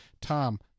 Tom